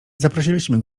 zaprosiliśmy